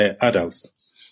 adults